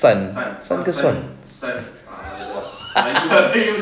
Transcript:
sun sun ke swan